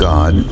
God